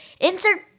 Insert